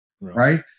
right